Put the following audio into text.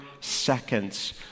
seconds